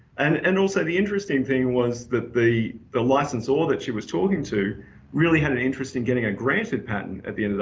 and and also the interesting thing was that the the licensor she was talking to really had an interest in getting a granted patent at the end of